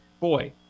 boy